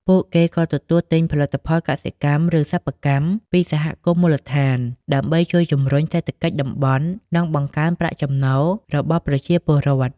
ពួកគេក៏ទិញផលិតផលកសិកម្ម ឬសិប្បកម្មពីសហគមន៍មូលដ្ឋាន ដើម្បីជួយជំរុញសេដ្ឋកិច្ចតំបន់ និងបង្កើនប្រាក់ចំណូលរបស់ប្រជាពលរដ្ឋ។